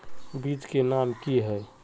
बीज के नाम की है?